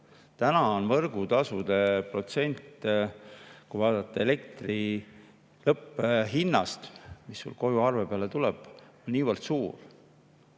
Täna on võrgutasude protsent, kui vaadata elektri lõpphinda, mis arve peale tuleb, niivõrd suur,